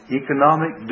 economic